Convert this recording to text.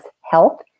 health